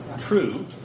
True